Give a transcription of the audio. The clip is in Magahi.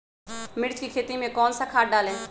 मिर्च की खेती में कौन सा खाद डालें?